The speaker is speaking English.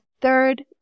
third